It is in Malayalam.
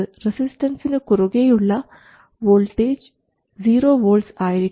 റസിസ്റ്റൻസിന് കുറുകെയുള്ള വോൾട്ടേജ് സീറോ വോൾട്ട്സ് ആയിരിക്കും